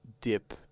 dip